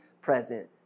present